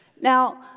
Now